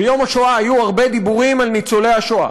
ביום השואה היו הרבה דיבורים על ניצולי השואה.